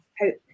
hope